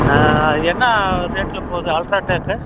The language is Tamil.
என்ன ரேட்டில் போகுது அல்ட்ரா டேக்கு